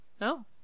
No